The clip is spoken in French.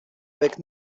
avec